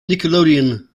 nickelodeon